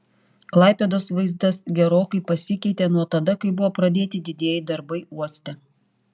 klaipėdos vaizdas gerokai pasikeitė nuo tada kai buvo pradėti didieji darbai uoste